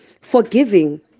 forgiving